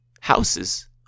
houses